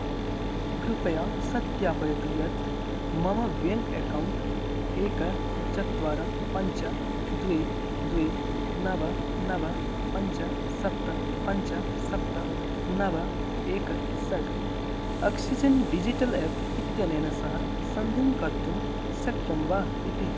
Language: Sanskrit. कृपया सत्यापयतु यत् मम व्याङ्क् अकौण्ट् एकं चत्वारि पञ्च द्वे द्वे नव नव पञ्च सप्त पञ्च सप्त नव एकं षड् आक्षिजन् डिजिटल् एप् इत्यनेन सह सन्धिं कर्तुं शक्यं वा इति